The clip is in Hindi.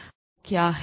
और लॉग क्या है